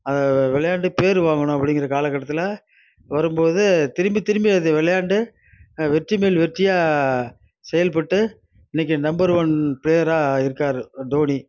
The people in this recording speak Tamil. அதை விளையாண்டு பேர் வாங்கணும் அப்படிங்கிற காலக்கட்டத்தில் வரும்போது திரும்பி திரும்பி அது விளையாண்டு வெற்றி மேல் வெற்றியாக செயல்பட்டு இன்னைக்கு நம்பர் ஒன் பிளேயராக இருக்கார் தோனி